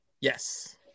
Yes